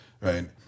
right